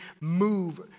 move